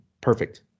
perfect